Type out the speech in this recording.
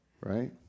right